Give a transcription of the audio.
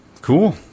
cool